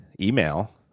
email